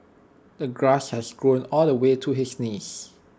the grass has grown all the way to his knees